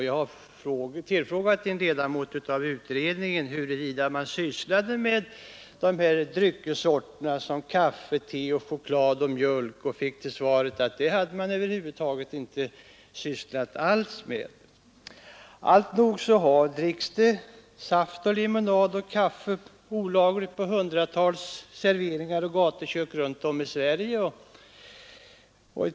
Jag har frågat en ledamot av utredningen huruvida man sysslar med dryckessorter såsom kaffe, te, choklad och mjölk och fick till svar att dem hade man över huvud taget inte alls sysslat med. Det dricks saft, lemonad och kaffe olagligt på hundratals serveringar och gatukök runt om i Sverige.